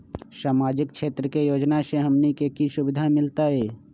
सामाजिक क्षेत्र के योजना से हमनी के की सुविधा मिलतै?